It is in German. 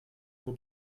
nur